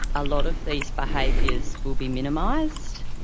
a lot of these behaviours will be minimised.